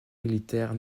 militaire